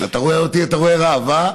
אתה רואה אותי, אתה רואה רב,